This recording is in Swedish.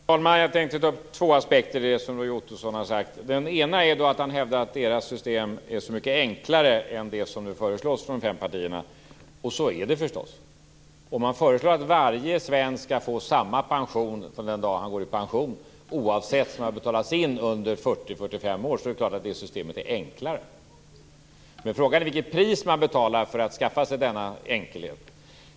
Herr talman! Jag tänkte ta upp två aspekter i det Roy Ottosson har sagt. Det ena är att han hävdar att Miljöpartiets system är så mycket enklare än det som nu föreslås från de fem partierna. Så är det förstås. Om man föreslår att varje svensk skall få samma pension från den dagen han eller hon går i pension oavsett vad som har betalats in under 40-45 år är det klart att det systemet är enklare. Men frågan är vilket pris man betalar för att skaffa sig denna enkelhet.